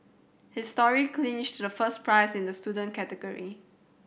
his story clinched the first prize in the student category